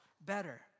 better